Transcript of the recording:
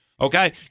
Okay